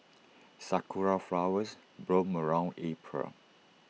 Sakura Flowers bloom around April